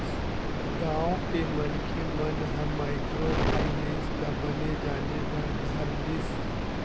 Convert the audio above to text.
गाँव के मनखे मन ह माइक्रो फायनेंस ल बने जाने बर धर लिस